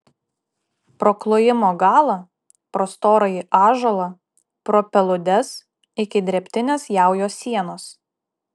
pro klojimo galą pro storąjį ąžuolą pro peludes iki drėbtinės jaujos sienos